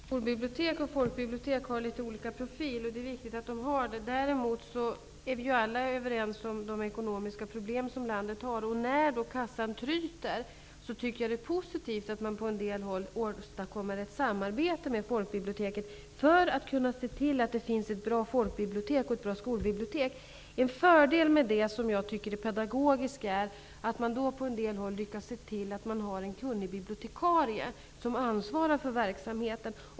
Herr talman! Skolbibliotek och folkbibliotek har litet olika profil, och det är viktigt att de har det. Däremot är vi alla överens om att landet har ekonomiska problem. När kassan tryter är det positivt att man på en del håll åstadkommer ett samarbete med folkbiblioteket för att se till att det finns ett bra folkbibliotek och ett bra skolbibliotek. En fördel med detta, som enligt min mening är pedagogisk, är att man på en del håll lyckats se till att man har en kunnig bibliotekarie som ansvarar för verksamheten.